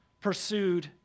pursued